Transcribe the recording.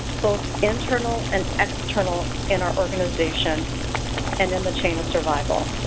both internal and external in our organization and in the chain of survival.